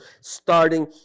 starting